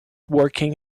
working